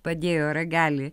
padėjo ragelį